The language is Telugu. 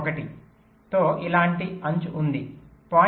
1 తో ఇలాంటి అంచు ఉంది 0